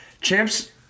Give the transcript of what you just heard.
Champs